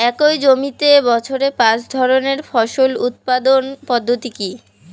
একই জমিতে বছরে পাঁচ ধরনের ফসল উৎপাদন পদ্ধতি কী?